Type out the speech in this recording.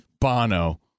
Bono